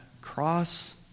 cross